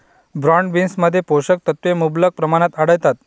broad बीन्समध्ये पोषक तत्वे मुबलक प्रमाणात आढळतात